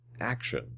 action